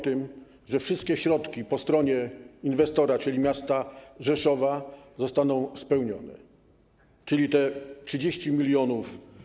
tym, że wszystkie środki po stronie inwestora, czyli miasta Rzeszowa, zostaną spełnione, zapewnione, czyli te 30 mln.